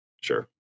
sure